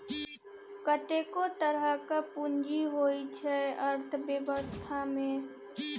कतेको तरहक पुंजी होइ छै अर्थबेबस्था मे